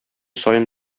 саен